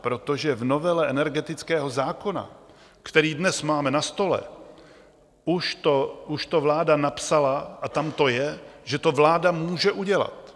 Protože v novele energetického zákona, který dnes máme na stole, už to vláda napsala a tam to je, že to vláda může udělat.